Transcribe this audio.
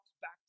back